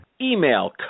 Email